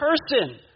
person